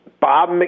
Bob